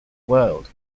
world